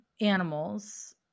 animals